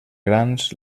grans